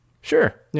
Sure